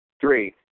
Three